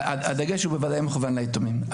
הדגש הוא בוודאי מכוון ליתומים.